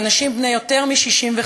שאנשים בני יותר מ-65,